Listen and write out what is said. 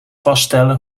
vaststellen